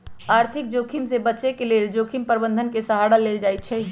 आर्थिक जोखिम से बचे के लेल जोखिम प्रबंधन के सहारा लेल जाइ छइ